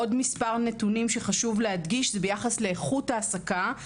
עוד מספר נתונים שחשוב להדגיש ביחס לאיכות ההעסקה.